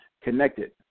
connected